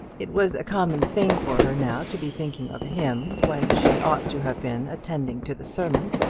it was a common thing for her now to be thinking of him when she ought to have been attending to the sermon.